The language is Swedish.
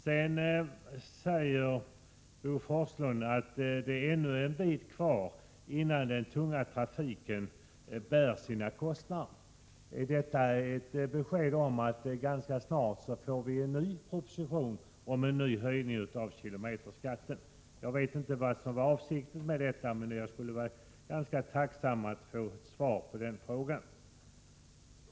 Sedan säger Bo Forslund att det ännu är en bit kvar innan den tunga trafiken bär sina kostnader. Är detta ett besked om att vi ganska snart får en ny proposition om en ny höjning av kilometerskatten? Jag vet inte vad som är avsikten med uttalandet och jag skulle vara ganska tacksam att få veta vad som avsågs.